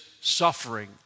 suffering